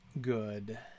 Good